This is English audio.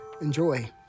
Enjoy